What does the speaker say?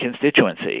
constituency